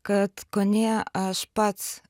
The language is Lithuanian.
kad kone aš pats